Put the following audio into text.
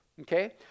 okay